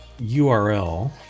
URL